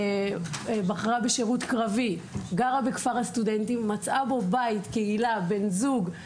גרה בכפר הסטודנטים, מצאה בו בית, קהילה, בן זוג.